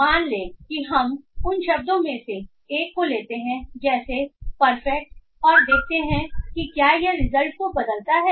मान लें कि हम उन शब्दों में से एक को लेते हैं जैसे परफेक्ट और देखते हैं कि क्या यह रिजल्ट को बदलता है